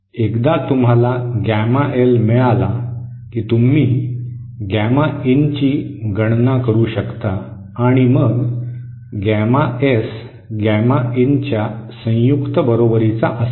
एकदा तुम्हाला gamma L मिळाला की तुम्ही गॅमा इनची गणना करू शकता आणि मग गॅमा एस गॅमा इनच्या संयुक्त बरोबरी्चा असेल